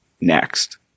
next